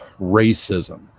racism